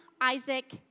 Isaac